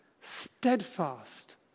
steadfast